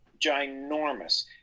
ginormous